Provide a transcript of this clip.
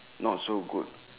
not so good